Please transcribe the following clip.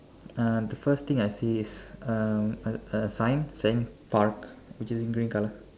uh the first thing I see is a a a sign saying park which is in green colour